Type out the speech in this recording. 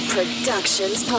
Productions